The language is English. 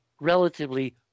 relatively